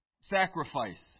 sacrifice